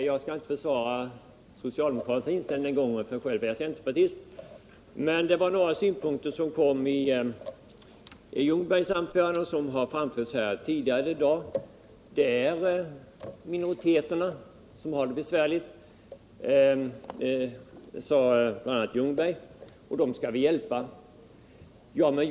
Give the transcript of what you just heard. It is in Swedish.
Herr talman! Jag har inte begärt ordet för att jag har blivit apostroferad, och som centerpartist har jag ingen anledning att försvara socialdemokraternas inställning. Skälet till att jag har begärt ordet är att Lars Ljungberg och några andra talare har sagt att vi måste hjälpa de minoriteter som har det besvärligt.